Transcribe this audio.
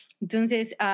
Entonces